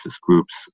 groups